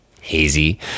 Hazy